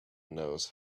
knows